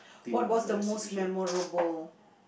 what was the most memorable